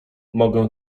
mogę